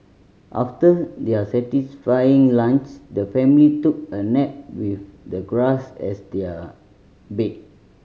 after their satisfying lunch the family took a nap with the grass as their bed